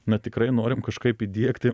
na tikrai norim kažkaip įdiegti